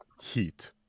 Heat